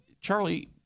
Charlie